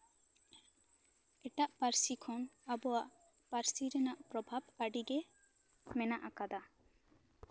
ᱮᱴᱟᱜ ᱯᱟᱹᱨᱥᱤ ᱠᱷᱚᱱ ᱟᱵᱚᱣᱟᱜ ᱯᱟᱨᱥᱤ ᱨᱮᱱᱟᱜ ᱯᱨᱚᱵᱷᱟᱵᱽ ᱟᱹᱰᱤᱜᱮ ᱢᱮᱱᱟᱜ ᱟᱠᱟᱫᱟ